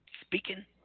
speaking